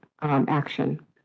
action